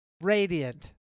Radiant